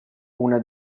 una